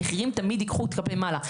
המחירים תמיד ייקחו כלפי מעלה,